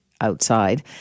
outside